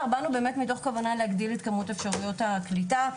באמת מתוך כוונה להגדיל את כמות אפשרויות הקליטה,